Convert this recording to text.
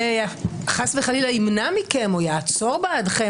שחס וחלילה ימנע מכם או יעצור בעדכם